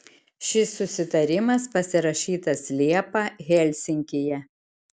šis susitarimas pasirašytas liepą helsinkyje